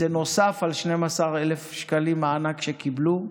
זה נוסף על 12,000 שקלים מענק שקיבלו.